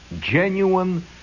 genuine